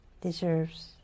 deserves